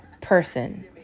person